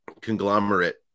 conglomerate